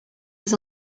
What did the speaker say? des